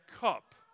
cup